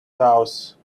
house